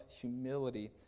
humility